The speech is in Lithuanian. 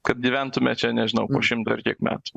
kad gyventume čia nežinau po šimto ar kiek metų